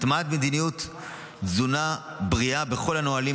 הטמעת מדיניות תזונה בריאה בכל הנהלים,